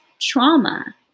trauma